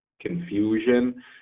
confusion